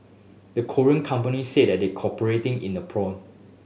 the Korean companies said they're cooperating in the probe